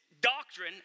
Doctrine